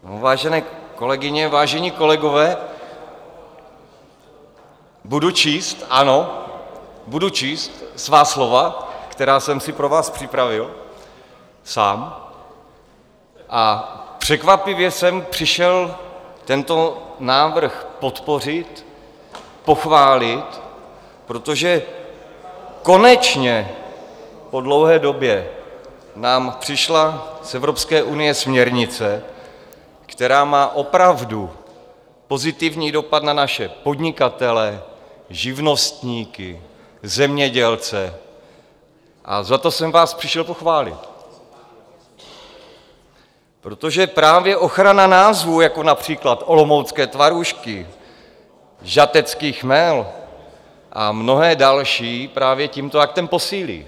Vážené kolegyně, vážení kolegové, budu číst, ano, budu číst svá slova, která jsem si pro vás připravil, sám, a překvapivě jsem přišel tento návrh podpořit, pochválit, protože konečně po dlouhé době nám přišla z Evropské unie směrnice, která má opravdu pozitivní dopad na naše podnikatele, živnostníky, zemědělce, a za to jsem vás přišel pochválit, protože právě ochrana názvů jako například Olomoucké tvarůžky, Žatecký chmel a mnohé další právě tímto aktem posílí.